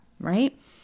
right